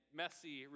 messy